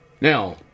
Now